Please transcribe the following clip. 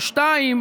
שנית,